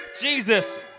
Jesus